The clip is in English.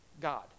God